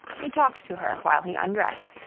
he talked to her while he undressed,